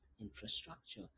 infrastructure